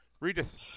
Regis